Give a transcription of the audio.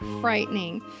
frightening